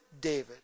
David